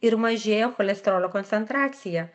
ir mažėja cholesterolio koncentracija